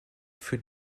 für